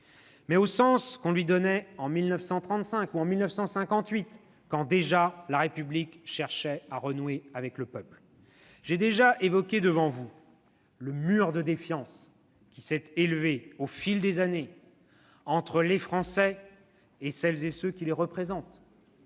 mais au sens qu'on lui donnait en 1935, en 1958, quand, déjà, la République cherchait à renouer avec le peuple. « J'ai déjà évoqué, devant vous, le " mur de défiance " qui s'est élevé, au fil des années, entre les Français et ceux qui les représentent